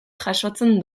jasotzen